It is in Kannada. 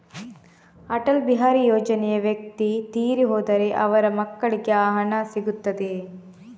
ಅಟಲ್ ಬಿಹಾರಿ ಯೋಜನೆಯ ವ್ಯಕ್ತಿ ತೀರಿ ಹೋದರೆ ಅವರ ಮಕ್ಕಳಿಗೆ ಆ ಹಣ ಸಿಗುತ್ತದೆಯೇ?